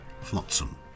Flotsam